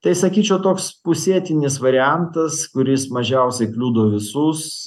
tai sakyčiau toks pusėtinis variantas kuris mažiausiai kliudo visus